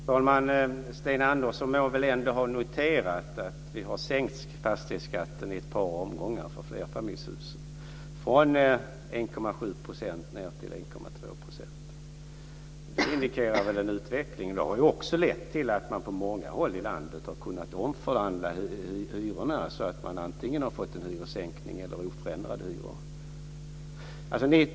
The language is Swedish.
Fru talman! Sten Andersson måste ändå ha noterat att vi har sänkt fastighetsskatten i ett par omgångar för flerfamiljshusen - från 1,7 % ned till 1,2 %. Det indikerar en utveckling. Det har också lett till att man på många håll i landet har kunnat omförhandla hyrorna, så att man antingen har fått en hyressänkning eller oförändrad hyra.